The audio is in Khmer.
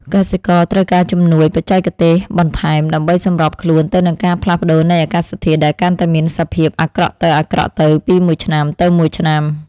កសិករត្រូវការជំនួយបច្ចេកទេសបន្ថែមដើម្បីសម្របខ្លួនទៅនឹងការផ្លាស់ប្តូរនៃអាកាសធាតុដែលកាន់តែមានសភាពអាក្រក់ទៅៗពីមួយឆ្នាំទៅមួយឆ្នាំ។